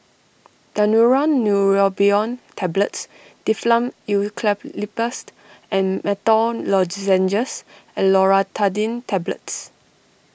Daneuron Neurobion Tablets Difflam Eucalyptus and Menthol Lozenges and Loratadine Tablets